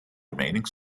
remaining